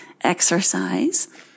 exercise